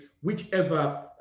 whichever